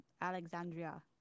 Alexandria